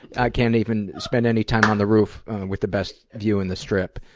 i can't even spend any time on the roof with the best view in the strip.